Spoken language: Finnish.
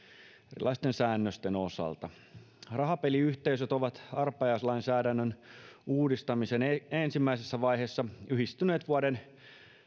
erilaisten säännösten osalta rahapeliyhteisöt ovat arpajaislainsäädännön uudistamisen ensimmäisessä vaiheessa yhdistyneet vuoden